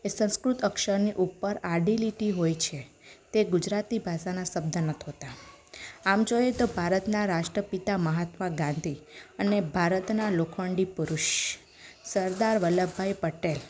એ સંસ્કૃત અક્ષરની ઉપર આડી લીટી હોય છે તે ગુજરાતી ભાષાના શબ્દ નથી હોતાં આમ જોઈએ તો ભારતના રાષ્ટ્રપિતા મહાત્મા ગાંધી અને ભારતના લોખંડી પુરુષ સરદાર વલ્લભભાઈ પટેલ